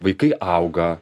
vaikai auga